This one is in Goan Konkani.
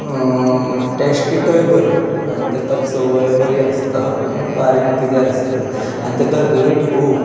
टेस्टीकय बरें आनी ताका चवय बरी आसता बारीक किदें आसता आनी ताका रेट खूब